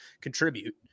contribute